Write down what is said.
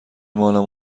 مانم